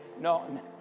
No